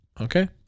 Okay